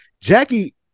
Jackie